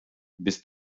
bist